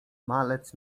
malec